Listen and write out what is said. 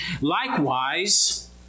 Likewise